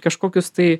kažkokius tai